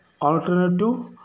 alternative